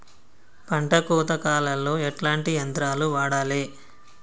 పంట కోత కాలాల్లో ఎట్లాంటి యంత్రాలు వాడాలే?